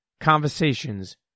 conversations